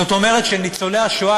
זאת אומרת שניצולי השואה,